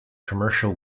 commercial